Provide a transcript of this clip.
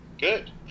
Good